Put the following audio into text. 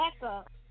backup